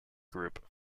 group